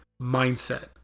Mindset